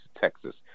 Texas